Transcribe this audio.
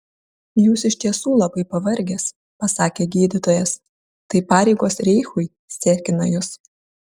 jūs iš tiesų labai pavargęs pasakė gydytojas tai pareigos reichui sekina jus